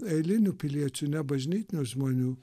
eilinių piliečių nebažnytinių žmonių